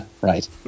Right